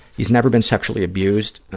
he's never been sexually abused,